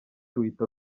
ruhita